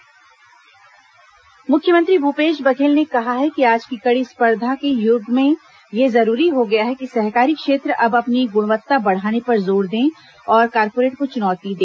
सहकारिता सम्मेलन मुख्यमंत्री मुख्यमंत्री भूपेश बघेल ने कहा है कि आज की कड़ी स्पर्धा के युग में यह जरूरी हो गया है कि सहकारी क्षेत्र अब अपनी गुणवत्ता बढ़ाने पर जोर दे और कार्पोरेट को चुनौती दे